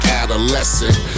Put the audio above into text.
adolescent